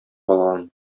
алган